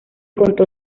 contó